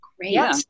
Great